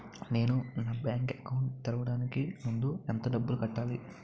నేను నా bank account తెరవడానికి ముందు ఎంత డబ్బులు కట్టాలి?